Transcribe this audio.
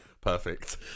Perfect